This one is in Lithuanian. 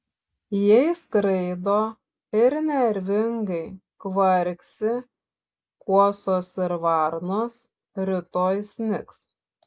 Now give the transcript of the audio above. jei skraido ir nervingai kvarksi kuosos ir varnos rytoj snigs